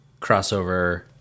crossover